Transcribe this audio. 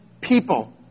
people